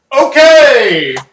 Okay